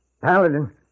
Paladin